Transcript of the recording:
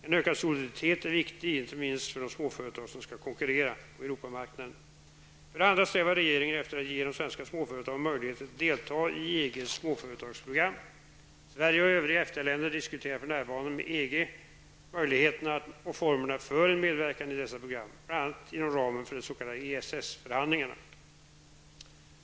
En ökad soliditet är viktig, inte minst för de småföretag som skall konkurrera på Europamarknaden. För det andra strävar regeringen efter att ge de svenska småföretagen möjlighet att delta i EGs småföretagsprogram. Sverige och övriga EFTA länder diskuterar för närvarande med EG möjligheterna och formerna för en medverkan i dessa program, bl.a. inom ramen för de s.k. EES förhandlingarna.